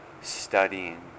studying